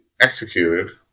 executed